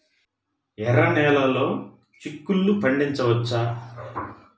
ఎర్ర నెలలో చిక్కుల్లో పండించవచ్చా?